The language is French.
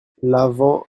l’avant